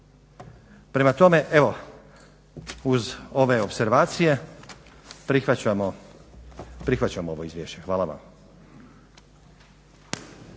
Prema tome, evo uz ove opservacije prihvaćamo ovo izvješće. Hvala vam.